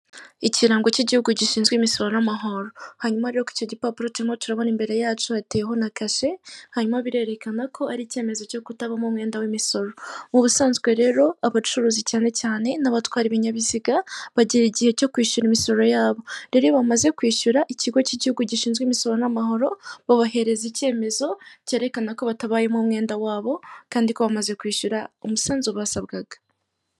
Ikirango cy'igihugu gishinzwe imisoro n'amahoro, hanyuma rero kuri icyo gipapuro turimo turabona imbere yacu hateyeho na kashe, hanyuma birerekana ko ari icyemezo cyo kutabamo umwenda w'imisoro. Mu busanzwe rero abacuruzi cyane cyane n'abatwara ibinyabiziga, bagera igihe cyo kwishyura imisoro yabo; rero iyo bamaze kwishyura ikigo cy'igihugu gishinzwe imisoro n'amahoro babahereza icyemezo cyerekana ko batabayemo umwenda wabo, kandi ko bamaze kwishyura umusanzu basabwaga.